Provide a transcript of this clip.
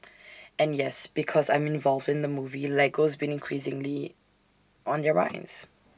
and yes because I'm involved in the movie Lego's been increasingly on their minds